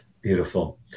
Beautiful